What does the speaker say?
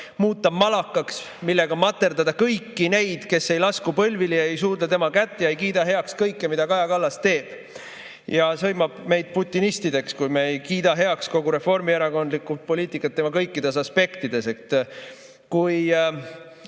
muuta malakaks, millega materdada kõiki neid, kes ei lasku põlvili, ei suudle tema kätt ega kiida heaks kõike, mida Kaja Kallas teeb, ning sõimab meid putinistideks, kui me ei kiida heaks kogu reformierakondlikku poliitikat tema kõikides aspektides. Kui